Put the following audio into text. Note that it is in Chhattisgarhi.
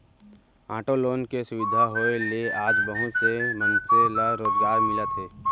आटो लोन के सुबिधा होए ले आज बहुत से मनसे ल रोजगार मिलत हे